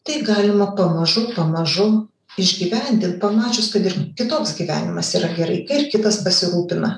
tai galima pamažu pamažu išgyvendint pamačius kad ir kitoks gyvenimas yra gerai kai ir kitas pasirūpina